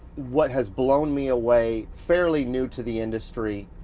what has blown me away. fairly new to the industry,